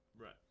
Right